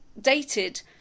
dated